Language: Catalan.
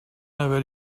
haver